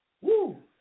Woo